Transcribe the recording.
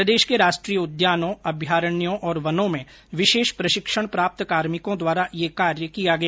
प्रदेश के राष्ट्रीय उद्यानों अभयारण्यों और वनों में विशेष प्रशिक्षण प्राप्त कार्मिकों द्वारा यह कार्य किया गया